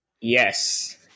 Yes